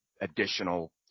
additional